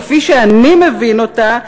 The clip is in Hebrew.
כפי שאני מבין אותה,